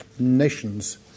nations